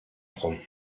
rum